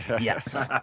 yes